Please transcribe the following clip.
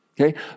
Okay